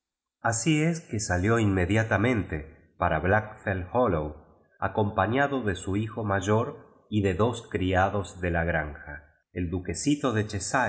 así es que salió inmediatamente paru blaekfell hollow acompañado de su hijo mayor y do dos criados de la granja el duq hesito de